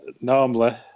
normally